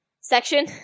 section